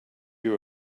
you